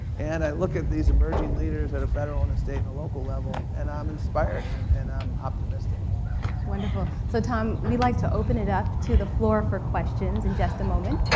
and i look at these emerging leaders at a federal, and a state, and a local level. and i'm inspired, and and i'm optimistic. that's wonderful, so tom, we'd like to open it up to the floor for questions in just a moment.